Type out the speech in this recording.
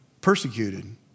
persecuted